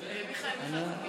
זה יום מיוחד היום.